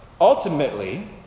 ultimately